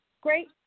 Great